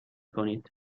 کنید